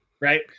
right